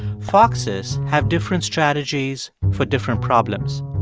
foxes have different strategies for different problems.